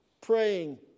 praying